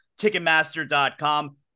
Ticketmaster.com